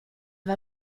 war